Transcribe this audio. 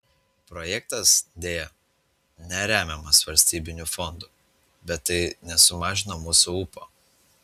projektas deja neremiamas valstybinių fondų bet tai nesumažino mūsų ūpo